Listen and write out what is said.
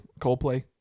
Coldplay